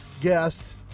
guest